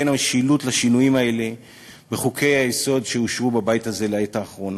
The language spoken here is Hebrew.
בין המשילות לשינויים האלה בחוקי-היסוד שאושרו בבית הזה בעת האחרונה?